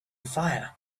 fire